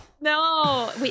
No